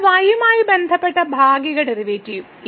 ഇപ്പോൾ y യുമായി ബന്ധപ്പെട്ട ഭാഗിക ഡെറിവേറ്റീവ്